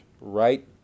right